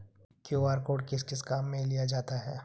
QR code किस किस काम में लिया जाता है?